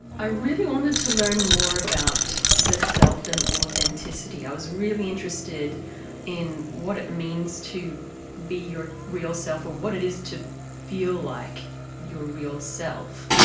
i really wanted to learn more about the self and authenticity. i was really interested in what it means to be your real self or what it is to feel like your real self.